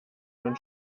man